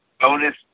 bonus